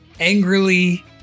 angrily